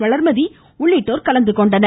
வளர்மதி உள்ளிட்டோர் கலந்து கொண்டனர்